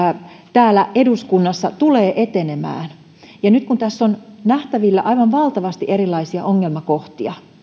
täällä eduskunnassa tulee etenemään nyt kun tässä on nähtävillä aivan valtavasti erilaisia ongelmakohtia